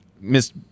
Miss